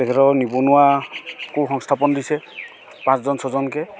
তেখেতৰ নিবনুৱাকো সংস্থাপন দিছে পাঁচজন ছজনকৈ